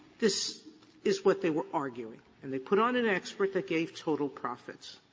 this is what they were arguing, and they put on an expert that gave total profits.